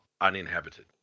uninhabited